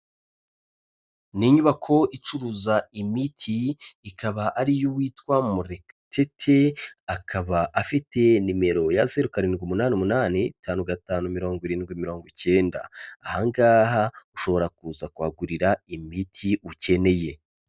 Ni inyubako icuruza imiti ikaba ari iy'uwitwa murekatete akaba afite nimero yazero karindwi umunani umunani itanu gatanu mirongo irindwi mirongo icyenda ahangaha ushobora kuza kuhagurira imiti ukeneye.